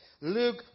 Luke